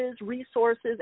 resources